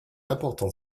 importante